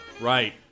Right